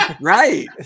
Right